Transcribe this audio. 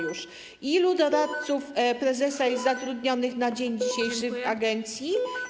Ilu doradców prezesa jest zatrudnionych na dzień dzisiejszy w agencji?